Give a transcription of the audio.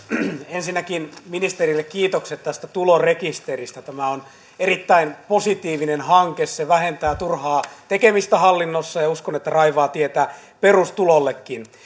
ensinnäkin ministerille kiitokset tästä tulorekisteristä tämä on erittäin positiivinen hanke se vähentää turhaa tekemistä hallinnossa ja uskon että se raivaa tietä perustulollekin